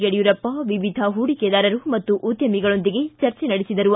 ಯಡಿಯೂರಪ್ಪ ವಿವಿಧ ಹೂಡಿಕೆದಾರರ ಹಾಗೂ ಉದ್ಯಮಿಗಳೊಂದಿಗೆ ಚರ್ಚೆ ನಡೆಸಿದರು